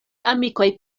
amikoj